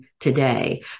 today